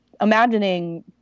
imagining